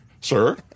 Sir